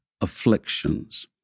afflictions